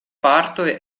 partoj